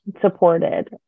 supported